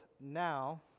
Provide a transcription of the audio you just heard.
now